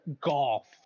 golf